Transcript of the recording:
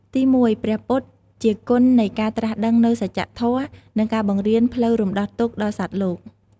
ទីមួយ ព្រះពុទ្ធ ជាគុណនៃការត្រាស់ដឹងនូវសច្ចធម៌ និងការបង្រៀនផ្លូវរំដោះទុក្ខដល់សត្វលោក។